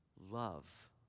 Love